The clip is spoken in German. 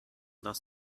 dass